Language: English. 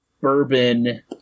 bourbon